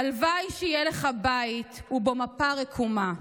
/ הלוואי שיהיה לך בית / ובו מפה רקומה.